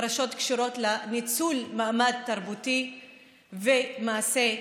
פרשות שקשורות לניצול מעמד תרבותי ומעשי מין,